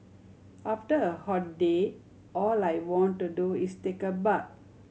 after a hot day all I want to do is take a bath